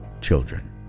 children